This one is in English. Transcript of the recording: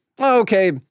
Okay